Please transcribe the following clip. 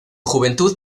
juventud